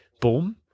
boom